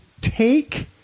take